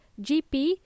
GP